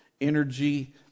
energy